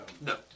No